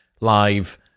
live